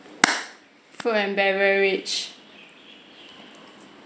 food and beverage